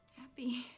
happy